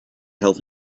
health